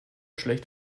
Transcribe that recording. schlecht